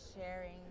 sharing